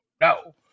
no